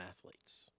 athletes